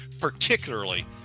particularly